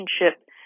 relationship